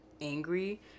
angry